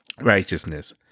righteousness